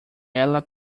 ela